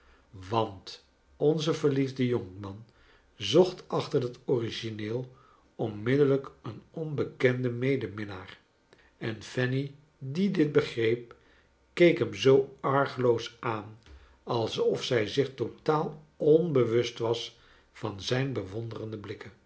want onze verliefde jonkman zocht achter dat origineel onmiddellijk een onbekenden medemihnaar en fanny die dit begreep keek hem zoo argeloos aan alsof zij zich totaal onbewust was van zijn bewonderende